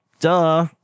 duh